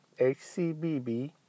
hcbb